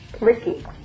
Ricky